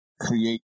create